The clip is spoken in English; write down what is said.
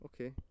Okay